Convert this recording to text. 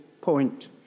point